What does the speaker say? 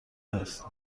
است